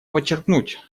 подчеркнуть